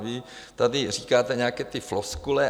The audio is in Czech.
Vy tady říkáte nějaké ty floskule.